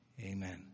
amen